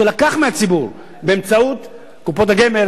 שלקח מהציבור באמצעות קופות הגמל,